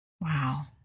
Wow